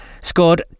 scored